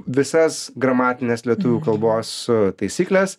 visas gramatines lietuvių kalbos taisykles